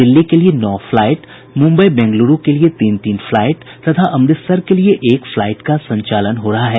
दिल्ली के लिये नौ फ्लाइट मुम्बई बेंगलुरू के लिये तीन तीन फ्लाइट तथा अमृतसर के लिये एक फ्लाइट का संचालन हो रहा है